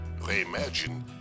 reimagine